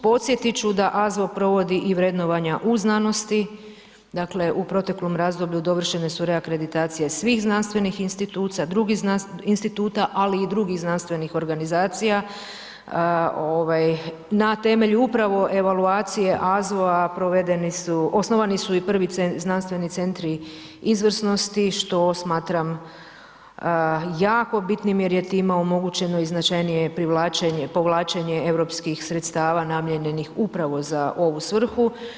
Podsjetit ću da AZVO i provodi i vrednovanja u znanosti, dakle u proteklom razdoblju dovršene su reakreditacije svih znanstvenih instituca, instituta ali i drugih znanstvenih organizacija ovaj na temelju upravo evaluacije AZVO-a provedeni su osnovani su i prvi centri, znanstveni centri izvrsnosti što smatram jako bitnim jer je time omogućeno i značajnije povlačenje europskih sredstava namijenjenih upravo za ovu svrhu.